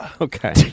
Okay